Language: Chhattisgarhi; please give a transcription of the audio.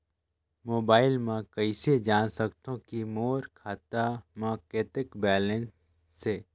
मोबाइल म कइसे जान सकथव कि मोर खाता म कतेक बैलेंस से?